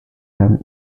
them